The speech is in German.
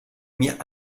mir